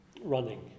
running